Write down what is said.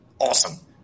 Awesome